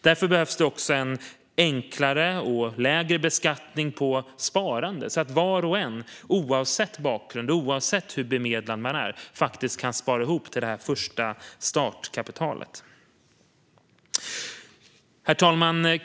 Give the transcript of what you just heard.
Därför behövs enklare och lägre beskattning på sparande så att var och en, oavsett bakgrund och hur bemedlad man är, kan spara ihop till det första startkapitalet. Herr talman!